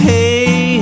Hey